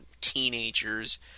teenagers